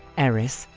eris,